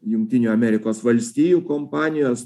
jungtinių amerikos valstijų kompanijos